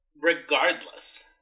Regardless